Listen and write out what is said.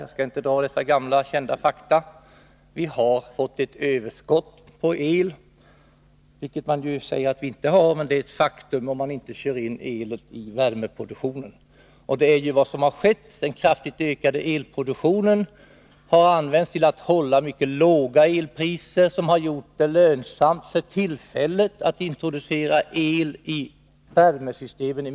Jag skall därför inte upprepa gamla kända fakta. Faktum är att vi har fått ett överskott — något som man dock förnekar —, om nu inte elen skall hänföras till värmeproduktionen — vilket också har skett. Den kraftigt ökade elproduktionen har möjliggjort mycket låga elpriser. Därför har det tillfälligt varit lönsamt att i mycket stor omfattning introducera el i värmesystemen.